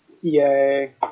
Yay